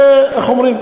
ואיך אומרים?